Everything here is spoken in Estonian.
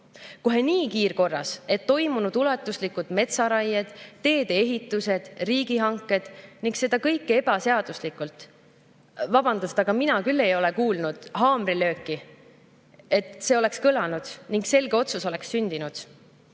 Kohe nii kiirkorras, et on toimunud ulatuslikud metsaraied, teede ehitused, riigihanked ning seda kõike ebaseaduslikult. Vabandust, aga mina küll ei ole kuulnud haamrilööki, mis oleks kõlanud, ning seda, et selge otsus oleks sündinud.